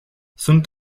sunt